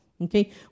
Okay